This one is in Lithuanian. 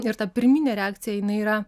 ir ta pirminė reakcija jinai yra